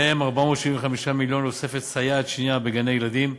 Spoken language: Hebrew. מהם 475 מיליון לתוספת סייעת שנייה בגני-ילדים,